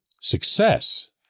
success